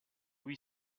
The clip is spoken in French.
huit